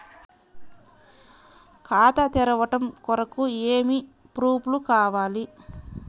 ఖాతా తెరవడం కొరకు ఏమి ప్రూఫ్లు కావాలి?